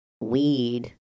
weed